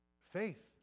faith